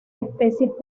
especies